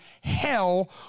hell